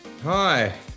Hi